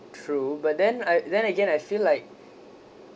true but then I then again I feel like